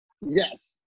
Yes